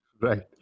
Right